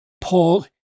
Paul